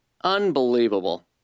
Unbelievable